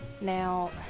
Now